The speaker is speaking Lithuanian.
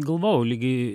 galvojau ligi